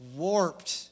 warped